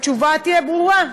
התשובה תהיה ברורה,